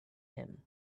him